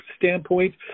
Standpoint